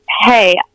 hey